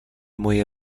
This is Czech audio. moje